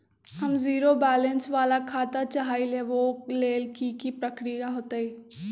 हम zero balance वाला खाता चाहइले वो लेल की की प्रक्रिया होतई?